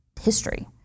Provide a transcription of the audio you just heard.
history